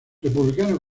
republicano